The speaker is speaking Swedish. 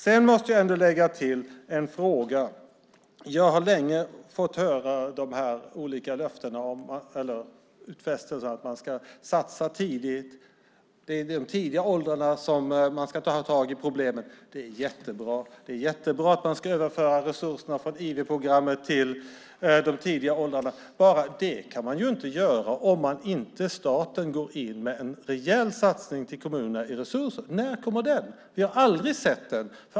Jag måste lägga till en fråga. Jag har länge fått höra de olika utfästelserna om att man ska satsa tidigt och att det är i de tidiga åldrarna som man ska ta tag i problemen. Det är jättebra! Det är jättebra att man ska överföra resurserna från IV-programmet till de tidigare åldrarna. Men det kan man ju inte göra om inte staten går in med en rejäl satsning till kommunerna i resurser. När kommer den? Vi har aldrig sett den.